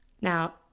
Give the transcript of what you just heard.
Now